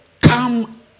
come